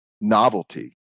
novelty